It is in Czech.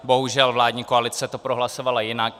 Bohužel, vládní koalice to prohlasovala jinak.